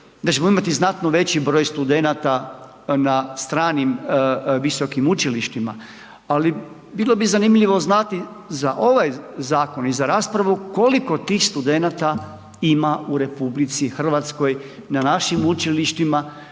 da ćemo imati znatno veći broj studenata na stranim visokim učilištima. Ali, bilo bi zanimljivo znati za ovaj zakon i za raspravu, koliko tih studenata ima u RH na našim učilištima